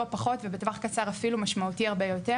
פחות ובטווח קצר אפילו משמעותי הרבה יותר,